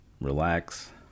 relax